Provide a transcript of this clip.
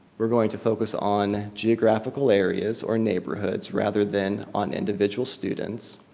we're going to focus on geographical areas or neighborhoods rather than on individual students.